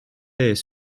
est